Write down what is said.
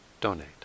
donate